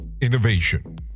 innovation